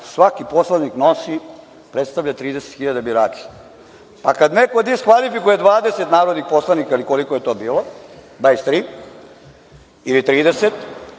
svaki poslanik nosi, predstavlja 30.000 birača. Pa, kada neko diskvalifikuje 20 narodnih poslanika ili koliko je to bilo 23 ili 30,